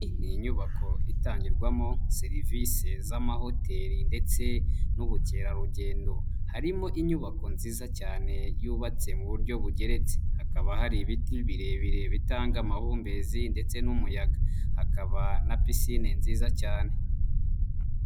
Iyi ni nyubako itangirwamo serivisi z'amahoteri ndetse n'ubukerarugendo, harimo inyubako nziza cyane yubatse mu buryo bugeretse, hakaba hari ibiti birebire bitanga amahumbezi ndetse n'umuyaga, hakaba na pisine nziza cyane.